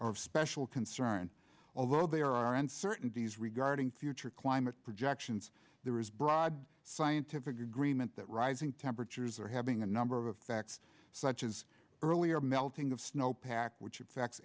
of special concern although there are uncertainties regarding future climate projections there is broad scientific agreement that rising temperatures are having a number of facts such as earlier melting of snow pack which affects